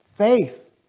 Faith